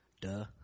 Duh